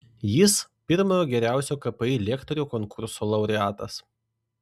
jis pirmojo geriausio kpi lektorių konkurso laureatas